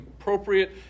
appropriate